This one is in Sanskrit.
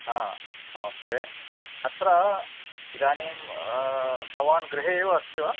नमस्ते अत्र इदानीं भवान् गृहे एव अस्ति वा